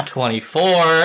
Twenty-four